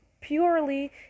purely